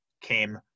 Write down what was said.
came